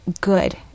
good